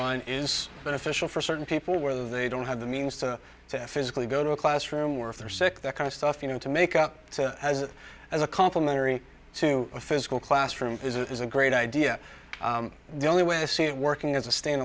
line is beneficial for certain people where they don't have the means to to physically go to a classroom or if they're sick that kind of stuff you know to make up as a complimentary to a physical classroom is a great idea the only way i see it working as a stand